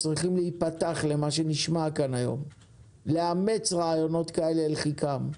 צריכים להיפתח למה שנשמע כאן היום ולאמץ רעיונות כאלה לחיקם.